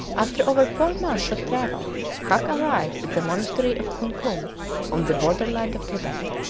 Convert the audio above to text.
after over four months of travel huc arrived at the monastery of kunkum on the borderland of tibet.